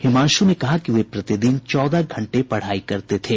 हिमांशु ने कहा कि वे प्रति दिन चौदह घंटे पढ़ाई करते थे